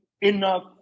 enough